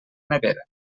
nevera